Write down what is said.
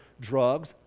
drugs